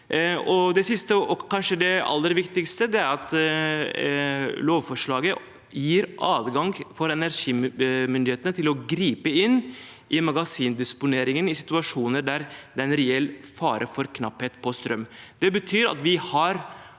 Det siste og kanskje aller viktigste er at lovforslaget gir adgang for energimyndighetene til å gripe inn i magasindisponeringen i situasjoner der det er en reell fare for knapphet på strøm.